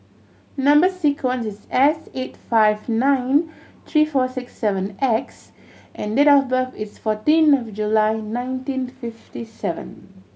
number sequence is S eight five nine three four six seven X and date of birth is fourteen of July nineteen fifty seven